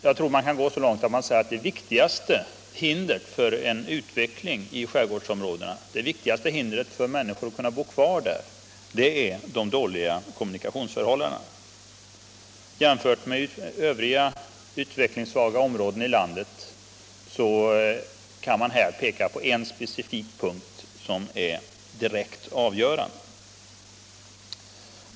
Jag tror att man kan gå så långt att man säger att det största hindret för en utveckling i skärgårdsområdena och för människornas möjligheter att bo kvar där, är de dåliga kommunikationsförhållandena. I motsats till övriga utvecklingssvaga områden i landet kan man här peka på en speciell punkt som är direkt avgörande.